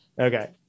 Okay